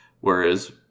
whereas